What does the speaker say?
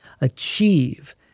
achieve